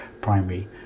primary